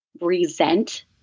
resent